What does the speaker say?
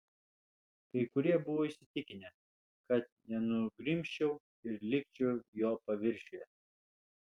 kai kurie buvo įsitikinę kad nenugrimzčiau ir likčiau jo paviršiuje